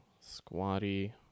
squatty